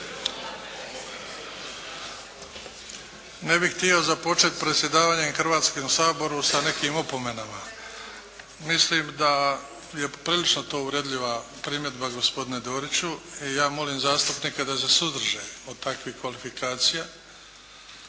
Ne bi htio započet predsjedavanjem Hrvatskim saborom sa nekim opomenama. Mislim da je poprilično to uvredljiva primjedba gospodine Doriću. I ja molim zastupnike da se suzdrže od takvih kvalifikacija